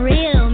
Real